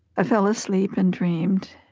i fell asleep and dreamed.